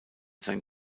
sein